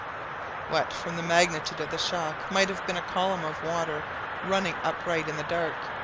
what from the magnitude of the shock might have been a column of water running upright in the dark,